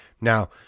Now